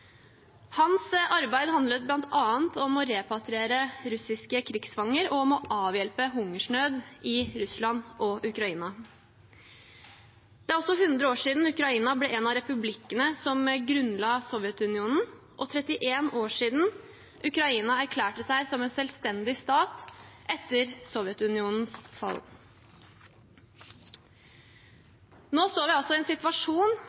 Hans arbeid handlet bl.a. om å repatriere russiske krigsfanger og om å avhjelpe hungersnød i Russland og Ukraina. Det er også 100 år siden Ukraina ble en av republikkene som grunnla Sovjetunionen – og 31 år siden Ukraina erklærte seg som en selvstendig stat etter Sovjetunionens fall. Nå står vi altså i en situasjon